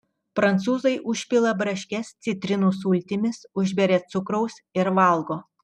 prancūzai užpila braškes citrinų sultimis užberia cukraus ir valgo